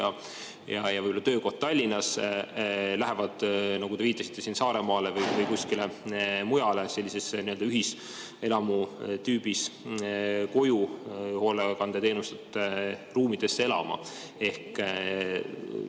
koolis ja töökoht Tallinnas, lähevad, nagu te viitasite siin, Saaremaale või kuskile mujale sellisesse ühiselamu tüüpi koju, hoolekandeteenuste ruumidesse elama. Ehk